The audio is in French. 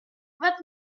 vingt